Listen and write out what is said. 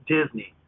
Disney